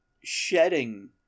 shedding